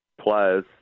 players